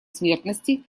смертности